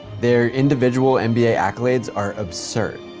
their individual and nba accolades are absurd.